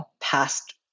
past